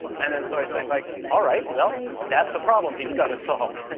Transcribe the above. and then so i said, like, all right, well, that's a problem he's got to solve.